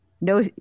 no